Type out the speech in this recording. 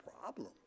problem